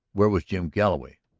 where was jim galloway?